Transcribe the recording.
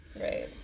Right